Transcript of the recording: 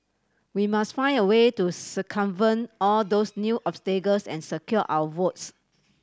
we must find a way to circumvent all those new obstacles and secure our votes